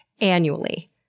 annually